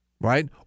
right